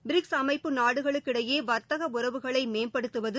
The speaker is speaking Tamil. பிரிக்ஸ் அமைப்பு நாடுகளுக்கிடையே வர்த்தக உறவுகளை மேம்படுத்துவது